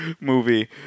movie